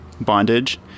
bondage